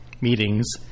meetings